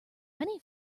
many